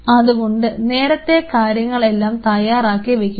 അതുകൊണ്ട് നേരത്തെ കാര്യങ്ങൾ എല്ലാം തയ്യാറാക്കി വയ്ക്കുക